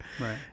Right